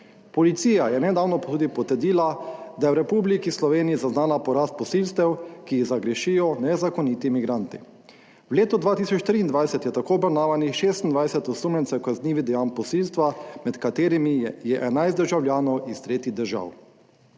Policija je nedavno tudi potrdila, da je v Republiki Sloveniji zaznala porast posilstev, ki jih zagrešijo nezakoniti migranti. V letu 2023 je tako obravnavanih 26 osumljencev kaznivih dejanj posilstva, med katerimi je 11 državljanov iz tretjih držav.